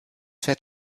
fett